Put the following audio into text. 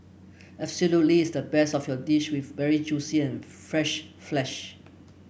absolutely its the best of your dish with very juicy and fresh flesh